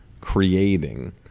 creating